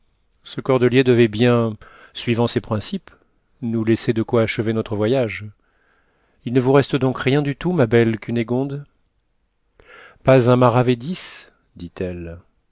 ce cordelier devait bien suivant ces principes nous laisser de quoi achever notre voyage il ne vous reste donc rien du tout ma belle cunégonde pas un maravédis dit-elle